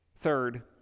third